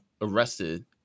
arrested